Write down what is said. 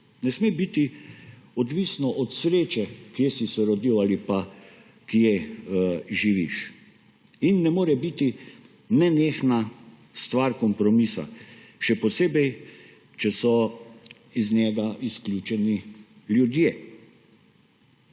Ne sme biti odvisno od sreče, kje si se rodil ali pa kje živiš, in ne more biti nenehna stvar kompromisa, še posebej, če so iz njega izključeni ljudje.